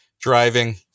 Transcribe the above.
driving